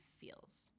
feels